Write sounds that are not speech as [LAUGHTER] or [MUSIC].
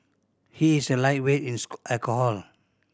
he is a lightweight in [UNINTELLIGIBLE] alcohol